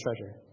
treasure